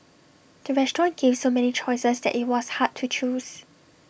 the restaurant gave so many choices that IT was hard to choose